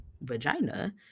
vagina